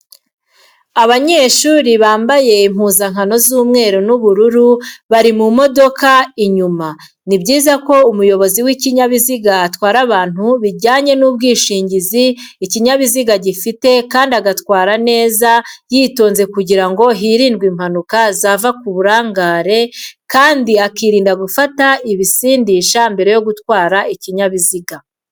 Abanyeshuri bambabye impuzankano z'umweu n'ubururu bari mu modoka inyuma, ni byiza ko umuyobozi w'ikinyabiziga atwara abantu bijyanye n'ubwishingizi ikinyabiziga gifite kandi agatwara neza yitonze kugira ngo hirindwe impanuka zava ku burangare kandi akirinda gufata ibisindisha mbere yo gutwara ikinyabiziga.